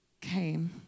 came